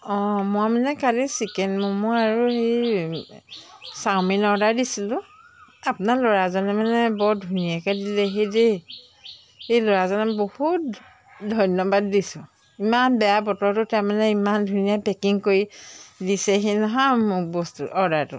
অঁ মই মানে কালি চিকেন ম'ম' আৰু সেই চাওমিন অৰ্ডাৰ দিছিলোঁ আপোনাৰ ল'ৰাজনে মানে বৰ ধুনীয়াকৈ দিলেহি দেই সেই ল'ৰাজনক বহুত ধন্যবাদ দিছোঁ ইমান বেয়া বতৰতো তাৰমানে ইমান ধুনীয়া পেকিং কৰি দিছেহি নহয় মোক বস্তু অৰ্ডাৰটো